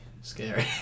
scary